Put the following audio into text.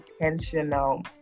intentional